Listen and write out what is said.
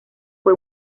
fue